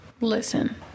listen